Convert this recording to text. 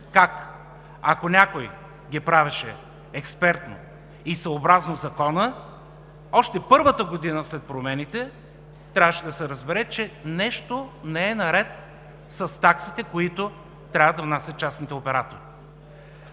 Как? Ако някой ги правеше експертно и съобразно Закона, още първата година след промените трябваше да се разбере, че нещо не е наред с таксите, които трябва да внасят частните оператори.